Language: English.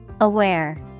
Aware